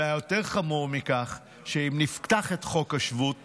ויותר חמור מכך, שאם נפתח את חוק השבות